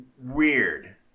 Weird